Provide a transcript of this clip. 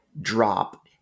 drop